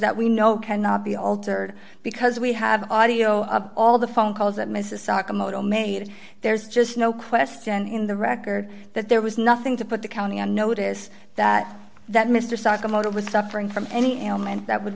that we know cannot be altered because we have audio of all the phone calls that mrs sakamoto made there's just no question in the record that there was nothing to put the county on notice that that mr sakamoto was suffering from any ailment that would